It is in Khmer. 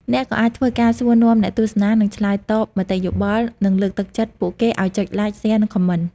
អ្នកក៏អាចធ្វើការសួរនាំអ្នកទស្សនា និង ឆ្លើយតបមតិយោបល់ និងលើកទឹកចិត្តពួកគេឲ្យចុច Like, Share និង Comment។